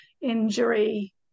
injury